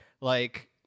like-